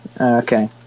Okay